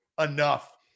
enough